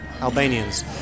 Albanians